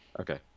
Okay